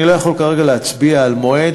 אני לא יכול כרגע להצביע על מועד.